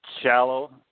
shallow